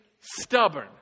stubborn